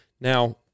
Now